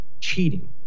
cheating